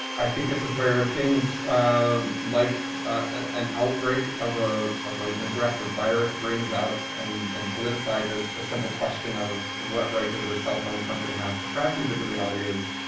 i think this is where things um like an outbreak of ah ah a and aggressive virus brings out and and politicize as a simple question of what right does a cell phone company have to track you but the reality is,